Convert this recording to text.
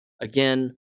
again